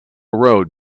road